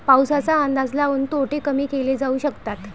पाऊसाचा अंदाज लाऊन तोटे कमी केले जाऊ शकतात